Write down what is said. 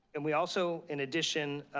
and we also, in addition,